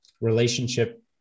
relationship